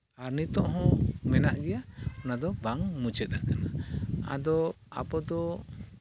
ᱟᱨ ᱱᱤᱛᱳᱜ ᱦᱚᱸ ᱢᱮᱱᱟᱜ ᱜᱮᱭᱟ ᱚᱱᱟᱫᱚ ᱵᱟᱝ ᱢᱩᱪᱟᱹᱫ ᱟᱠᱟᱱᱟ ᱟᱫᱚ ᱟᱵᱚ ᱫᱚ